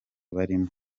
barimo